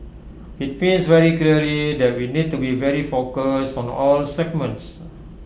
IT means very clearly that we need to be very focused on A all segments